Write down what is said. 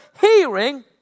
hearing